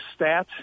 stats